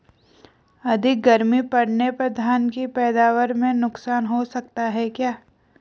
अधिक गर्मी पड़ने पर धान की पैदावार में नुकसान हो सकता है क्या?